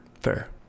Fair